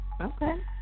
Okay